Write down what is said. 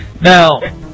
Now